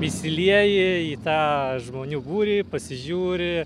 įsilieji į tą žmonių būrį pasižiūri